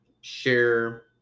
share